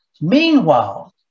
meanwhile